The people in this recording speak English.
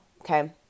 okay